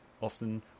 often